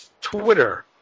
Twitter